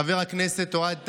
חבר הכנסת אוהד טל,